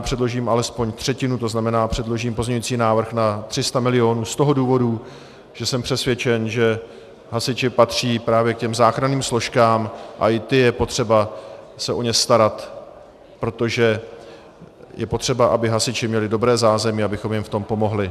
Předložím alespoň třetinu, to znamená, předložím pozměňovací návrh na 300 milionů z toho důvodu, že jsem přesvědčen, že hasiči patří právě k těm záchranným složkám a i o ty je potřeba se starat, protože je potřeba, aby hasiči měli dobré zázemí, abychom jim v tom pomohli.